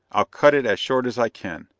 i'll cut it as short as i can.